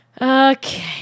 Okay